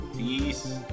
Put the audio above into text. Peace